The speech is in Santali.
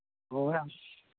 ᱦᱳᱭ